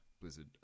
Blizzard